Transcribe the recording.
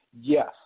Yes